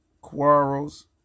quarrels